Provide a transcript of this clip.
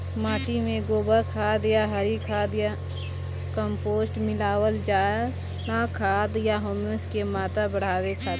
माटी में गोबर खाद या हरी खाद या कम्पोस्ट मिलावल जाला खाद या ह्यूमस क मात्रा बढ़ावे खातिर?